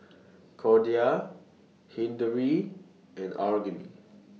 Corda Hilary and Aggie